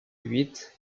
huit